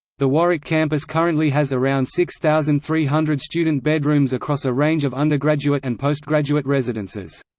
the warwick campus currently has around six thousand three hundred student bedrooms across a range of undergraduate and postgraduate residences.